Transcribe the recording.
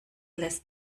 lässt